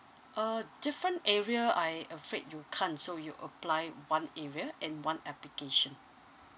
uh different area I afraid you can't so you apply one area in one application